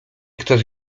ktoś